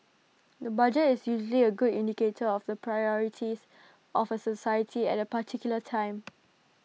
the budget is usually A good indicator of the priorities of A society at A particular time